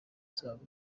zacu